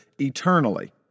eternally